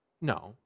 No